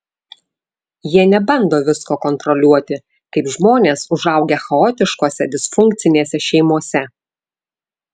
jie nebando visko kontroliuoti kaip žmonės užaugę chaotiškose disfunkcinėse šeimose